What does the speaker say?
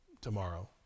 Tomorrow